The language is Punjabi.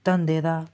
ਧੰਦੇ ਦਾ